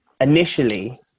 initially